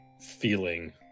feeling